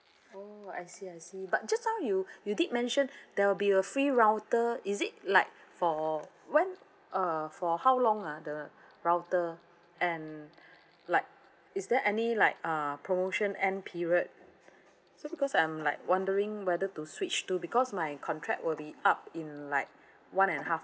oh I see I see but just now you you did mention there will be a free router is it like for when uh for how long ah the router and like is there any like uh promotion end period so because I'm like wondering whether to switch to because my contract will be up in like one and a half